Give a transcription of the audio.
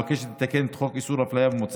מבקשת לתקן את חוק איסור הפליה במוצרים,